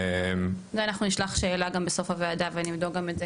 אנחנו נשלח להם שאלה בסוף הוועדה ונבדוק גם את זה.